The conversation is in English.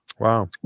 Wow